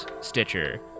stitcher